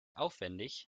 aufwendig